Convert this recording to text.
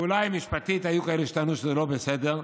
אולי משפטית היו כאלה שטענו שזה לא בסדר,